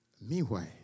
Meanwhile